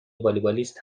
والیبالیست